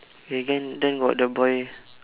eh then then got the boy